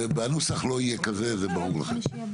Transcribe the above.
והנוסח לא יהיה כזה, זה ברור לכם.